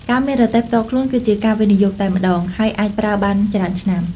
ការមានរទេះផ្ទាល់ខ្លួន គឺជាការវិនិយោគតែម្តង ហើយអាចប្រើបានច្រើនឆ្នាំ។